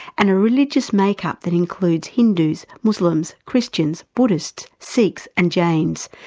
and a religious make-up that includes hindus, muslims, christians, buddhists, sikhs and jains,